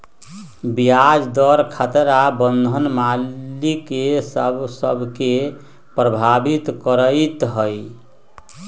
ब्याज दर खतरा बन्धन मालिक सभ के प्रभावित करइत हइ